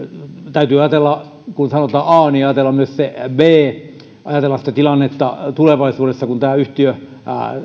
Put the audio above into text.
kun sanotaan a niin täytyy ajatella myös se b eli ajatella sitä tilannetta tulevaisuudessa kun tämä yhtiö